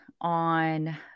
on